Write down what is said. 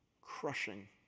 crushing